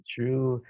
True